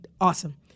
awesome